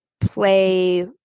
play